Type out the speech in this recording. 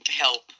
help